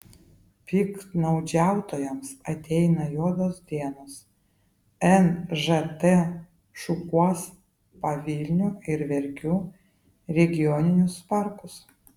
piktnaudžiautojams ateina juodos dienos nžt šukuos pavilnių ir verkių regioninius parkus